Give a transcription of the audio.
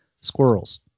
squirrels